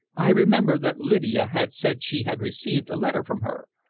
i remember that lydia had said she had received a letter from her,